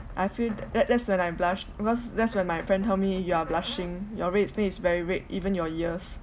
I feel tha~ that's when I blushed because that's when my friend tell me you are blushing your red face is very red even your ears